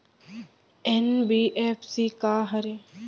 NBFC का हरे?